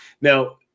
Now